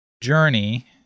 Journey